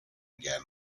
again